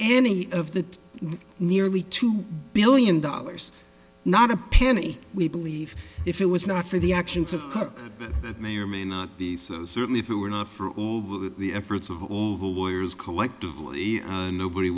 any of the nearly two billion dollars not a penny we believe if it was not for the actions of that may or may not be so certainly if it were not for the efforts of the lawyers collectively nobody